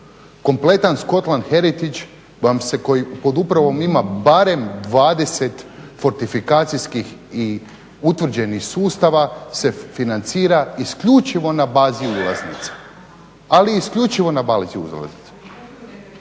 Kompletan scotland heritage vam se, koji pod upravom ima barem 20 fortifikacijski i utvrđenih sustava se financira isključivo na bazi ulaznica, ali isključivo na bazi ulaznica,